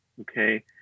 okay